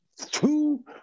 two